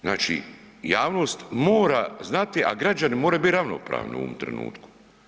Znači, javnost mora znati a građani moraju biti ravnopravni u ovom trenutku.